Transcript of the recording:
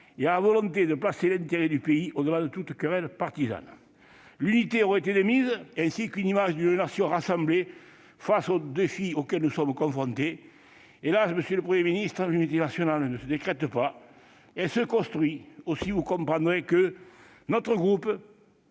et la volonté de placer l'intérêt du pays au-delà de toute querelle partisane. L'unité aurait été de mise, ainsi que l'image d'une nation rassemblée face aux défis auxquels nous sommes confrontés. Hélas, monsieur le Premier ministre, l'unité nationale ne se décrète pas : elle se construit. Aussi, vous comprendrez que notre groupe,